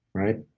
right?